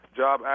job